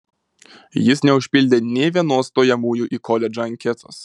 jis neužpildė nė vienos stojamųjų į koledžą anketos